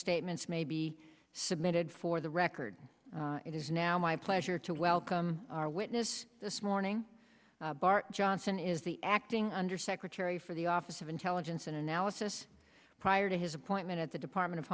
statements made be submitted for the record it is now my pleasure to welcome our witness this morning bart johnson is the acting undersecretary for the office of intelligence and analysis prior to his appointment at the department of